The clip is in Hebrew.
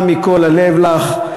תודה מכל הלב לך.